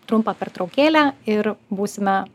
trumpą pertraukėlę ir būsime